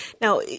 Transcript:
Now